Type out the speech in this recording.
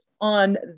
on